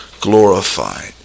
glorified